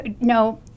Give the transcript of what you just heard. No